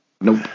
nope